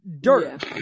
dirt